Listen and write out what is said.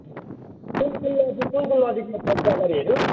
कुन कुन नजिक कुन चाहिँ नजिकमा छ चियाबारीहरू